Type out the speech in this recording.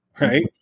right